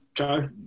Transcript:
Okay